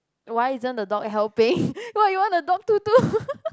why isn't the dog helping what you want the dog to do